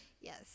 Yes